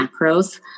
macros